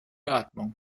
atmung